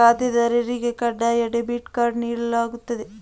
ಖಾತೆದಾರರಿಗೆ ಕಡ್ಡಾಯ debit card ನೀಡಲಾಗುತ್ತದೆಯೇ?